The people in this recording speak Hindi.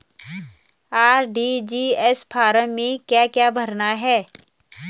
आर.टी.जी.एस फार्म में क्या क्या भरना है?